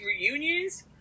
reunions